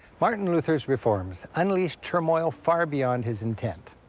martin luther's reforms unleashed turmoil far beyond his intent.